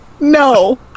no